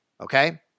Okay